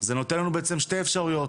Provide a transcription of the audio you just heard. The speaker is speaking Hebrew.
זה נותן לנו בעצם שתי אפשרויות.